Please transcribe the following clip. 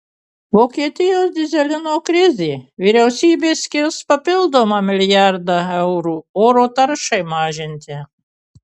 vokietijos dyzelino krizė vyriausybė skirs papildomą milijardą eurų oro taršai mažinti